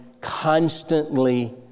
constantly